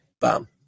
bam